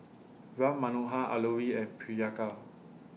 Ram Manohar Alluri and Priyanka